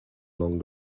long